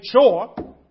chore